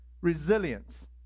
resilience